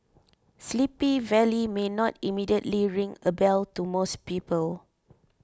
Sleepy Valley may not immediately ring a bell to most people